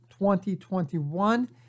2021